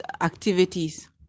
activities